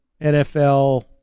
NFL